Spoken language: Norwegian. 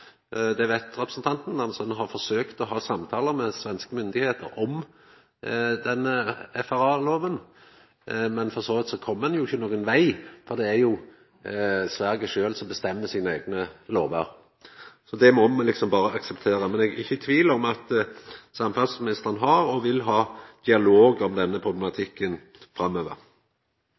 Hoksrud veit at me har forsøkt å ha samtalar med svenske styresmakter om denne FRA-lova, men ein kom for så vidt ikkje nokon veg, for det er jo Sverige sjølv som bestemmer sine eigne lover. Det må me berre akseptera. Men eg er ikkje i tvil om at samferdselsministeren har og vil ha dialog om denne problematikken framover.